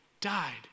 died